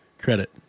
credit